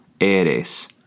eres